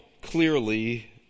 clearly